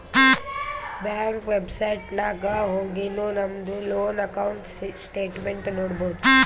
bank website ನಾಗ್ ಹೊಗಿನು ನಮ್ದು ಲೋನ್ ಅಕೌಂಟ್ ಸ್ಟೇಟ್ಮೆಂಟ್ ನೋಡ್ಬೋದು